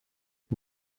the